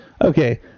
okay